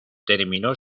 terminó